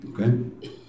Okay